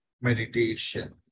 meditation